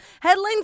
headlines